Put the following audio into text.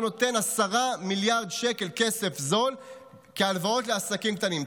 הוא נותן 10 מיליארד שקל כסף זול כהלוואות לעסקים קטנים.